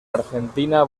argentina